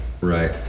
Right